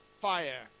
fire